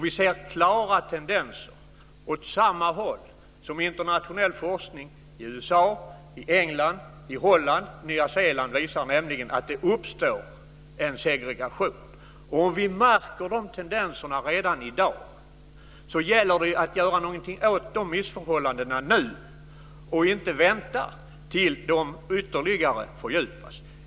Vi ser klara tendenser åt samma håll som internationell forskning visar i USA, England, Holland och Nya Zeeland, nämligen att det uppstår en segregation. Vi märker de tendenserna redan i dag. Det gäller att göra någonting åt de missförhållandena nu och inte vänta tills de ytterligare fördjupas.